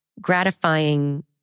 gratifying